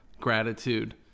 gratitude